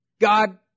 God